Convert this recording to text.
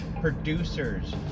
producers